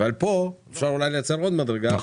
אולי כאן אפשר לייצר עוד מדרגה.